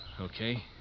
Okay